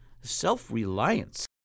self-reliance